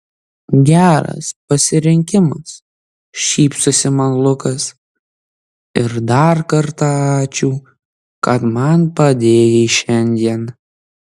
geras pasirinkimas šypsosi man lukas ir dar kartą ačiū kad man padėjai šiandien